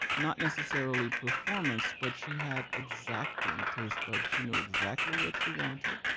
not necessarily performance, but she had exacting taste buds she knew exactly what she wanted.